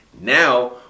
Now